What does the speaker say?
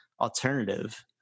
alternative